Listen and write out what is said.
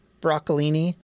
broccolini